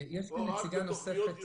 או רק בתוכניות ייעודיות?